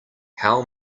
how